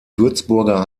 würzburger